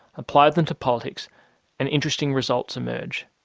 apply them to politics and interesting results emerge.